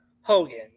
Hogan